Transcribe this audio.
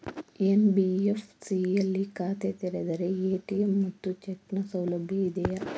NBFC ಯಲ್ಲಿ ಖಾತೆ ತೆರೆದರೆ ಎ.ಟಿ.ಎಂ ಮತ್ತು ಚೆಕ್ ನ ಸೌಲಭ್ಯ ಇದೆಯಾ?